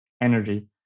energy